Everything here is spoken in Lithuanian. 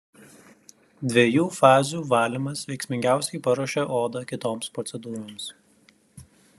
dviejų fazių valymas veiksmingiausiai paruošia odą kitoms procedūroms